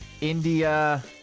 India